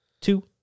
two